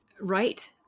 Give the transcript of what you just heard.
Right